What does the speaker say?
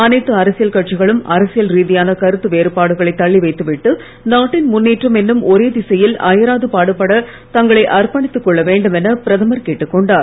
அனைத்து அரசியல் கட்சிகளும் அரசியல் ரீதியான கருத்து வேறுபாடுகளை தள்ளி வைத்துவிட்டு நாட்டின் முன்னேற்றம் என்னும் ஒரே திசையில் அயராது பாடுபட தங்களை அர்ப்பணித்து கொள்ள வேண்டும் என பிரதமர் கேட்டுக் கொண்டார்